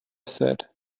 said